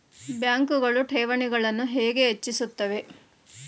ಬ್ಯಾಂಕುಗಳು ಠೇವಣಿಗಳನ್ನು ಹೇಗೆ ಹೆಚ್ಚಿಸುತ್ತವೆ?